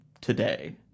today